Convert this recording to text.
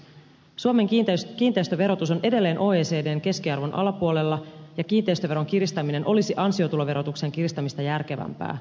suomen kiinteistöverotus on edelleen oecdn keskiarvon alapuolella ja kiinteistöveron kiristäminen olisi ansiotuloverotuksen kiristämistä järkevämpää